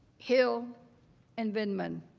hill and vindman.